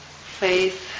Faith